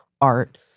art